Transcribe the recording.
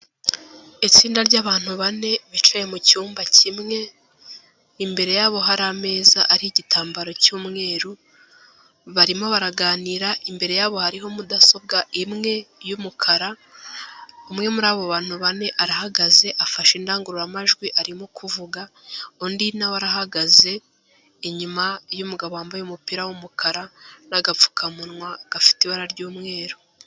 Itsinda ry'abantu bane bicaye mu cyumba kimwe, imbere yabo hari ameza ariho igitambaro cy'umweru, barimo baraganira imbere yabo hariho mudasobwa imwe y'umukara, umwe muri abo bantu bane arahagaze afashe indangururamajwi arimo kuvuga, undi na we arahagaze, inyuma y'umugabo wambaye umupira w'umukara n'agapfukamunwa gafite ibara ry'umweru.